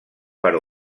per